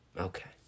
Okay